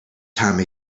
time